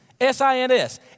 S-I-N-S